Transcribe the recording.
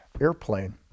airplane